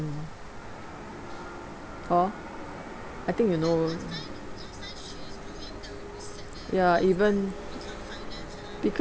hor I think you know ya even